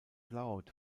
laut